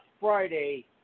Friday